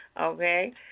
Okay